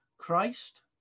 Christ